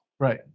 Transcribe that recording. Right